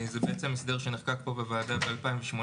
זה למעשה הסדר שנחקק כאן בוועדה ב-2018.